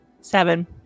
Seven